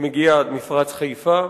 שמגיע עד מפרץ חיפה,